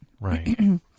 Right